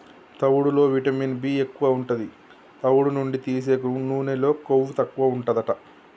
తవుడులో vitamin B ఎక్కువు ఉంటది, తవుడు నుండి తీసే నూనెలో కొవ్వు తక్కువుంటదట